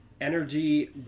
energy